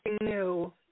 new